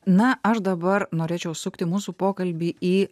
na aš dabar norėčiau sukti mūsų pokalbį į